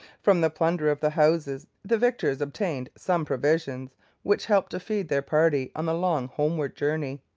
from the plunder of the houses the victors obtained some provisions which helped to feed their party on the long homeward journey.